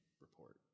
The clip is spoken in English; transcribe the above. report